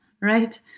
right